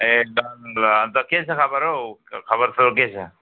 ए धन्यवाद अनि त के छ खबर हो खबरसबर के छ